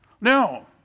No